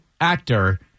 actor